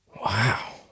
Wow